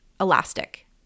elastic